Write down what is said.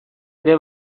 ere